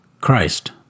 Christ